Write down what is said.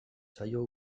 zaio